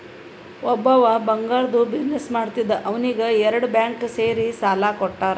ಒಬ್ಬವ್ ಬಂಗಾರ್ದು ಬಿಸಿನ್ನೆಸ್ ಮಾಡ್ತಿದ್ದ ಅವ್ನಿಗ ಎರಡು ಬ್ಯಾಂಕ್ ಸೇರಿ ಸಾಲಾ ಕೊಟ್ಟಾರ್